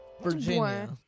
virginia